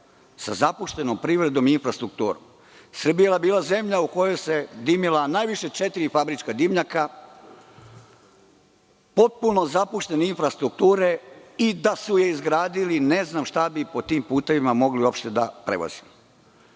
sa zapuštenom privredom i infrastrukturom. Srbija je bila zemlja u kojoj su se dimila najviše četiri fabrička dimnjaka, potpuno zapuštene infrastrukture i da su je izgradili ne znam šta bi po tim putevima moglo da se